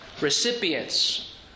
recipients